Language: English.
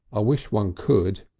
i wish one could,